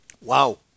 Wow